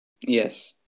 Yes